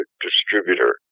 distributor